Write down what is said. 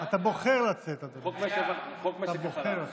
החוק יושב-ראש